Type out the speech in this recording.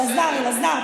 זה מה אתם עושים,